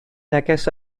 neges